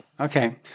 Okay